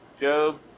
Job